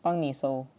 帮你收